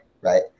right